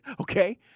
Okay